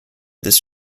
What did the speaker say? his